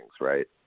right